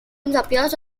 appears